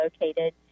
located